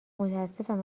متاسفم